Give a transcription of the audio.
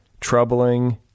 Troubling